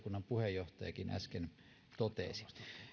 puheenjohtajakin äsken totesi